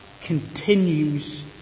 continues